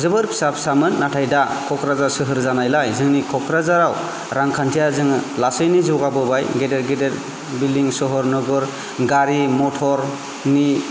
जोबोर फिसा फिसामोन नाथाय दा क'क्राझार सोहोर जानायलाय जोंनि क'क्राझाराव रांखान्थिआ जोङो लासैनो जौगाबोबाय गेदेर गेदेर बिल्डिं सहर नगर गारि मथरनिबो